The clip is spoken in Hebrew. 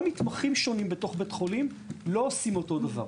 גם מתמחים שונים בתוך בית חולים לא עושים אותו דבר.